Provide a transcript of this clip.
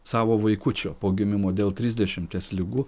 savo vaikučio po gimimo dėl trisdešimties ligų